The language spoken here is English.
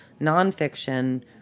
nonfiction